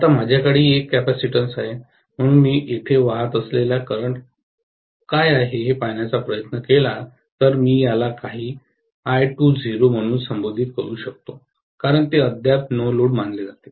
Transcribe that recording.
आता माझ्याकडेही एक कॅपेसिटन्स आहे म्हणून मी येथे वाहत असलेला करंट काय आहे हे पाहण्याचा प्रयत्न केला तर मी याला काही I20 म्हणून संबोधित करू शकतो कारण ते अद्याप नो लोड मानले जाते